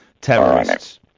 Terrorists